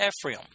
Ephraim